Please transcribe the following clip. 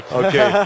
okay